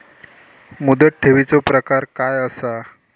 मुदत ठेवीचो प्रकार काय असा?